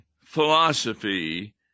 philosophy